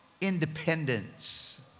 independence